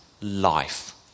life